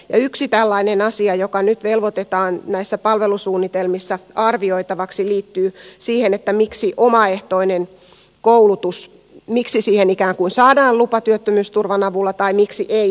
yksi tällainen asia joka nyt velvoitetaan näissä palvelusuunnitelmissa arvioitavaksi liittyy siihen miksi omaehtoiseen koulutukseen saadaan lupa työttömyysturvan avulla tai miksi ei saada